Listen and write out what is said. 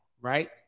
right